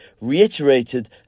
reiterated